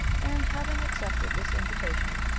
and having accepted this invitation,